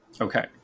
Okay